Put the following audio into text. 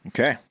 Okay